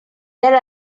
are